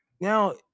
Now